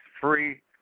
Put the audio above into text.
Free